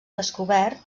descobert